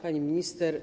Pani Minister!